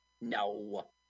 No